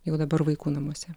jau dabar vaikų namuose